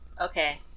Okay